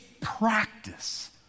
practice